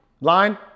line